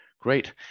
Great